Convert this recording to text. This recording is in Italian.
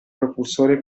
propulsore